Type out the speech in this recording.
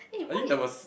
I think there was